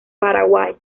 paraguay